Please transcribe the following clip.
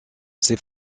ses